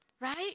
right